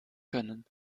können